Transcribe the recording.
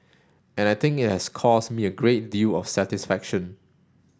and I think it has caused me a great deal of satisfaction